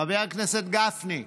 חבר הכנסת גפני.